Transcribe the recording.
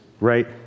right